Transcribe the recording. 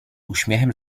uśmiechem